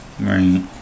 Right